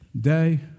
day